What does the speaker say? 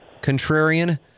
contrarian